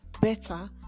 better